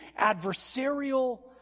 adversarial